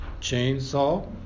Chainsaw